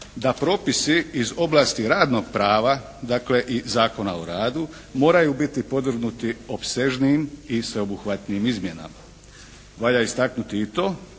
da propisi iz oblasti radnog prava dakle i Zakona o radu moraju biti podvrgnuti opsežnijim i sveobuhvatnijim izmjenama. Valja istaknuti i to